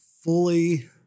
fully